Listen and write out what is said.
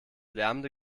lärmende